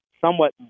somewhat